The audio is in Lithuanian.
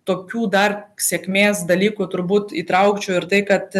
tokių dar sėkmės dalykų turbūt įtraukčiau ir tai kad